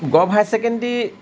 govt higher secondary